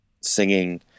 singing